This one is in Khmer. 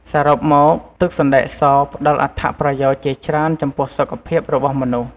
សរុបមកទឹកសណ្ដែកសផ្ដល់អត្ថប្រយោជន៍ជាច្រើនចំពោះសុខភាពរបស់មនុស្ស។